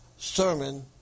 Sermon